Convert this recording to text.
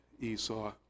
Esau